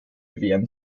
während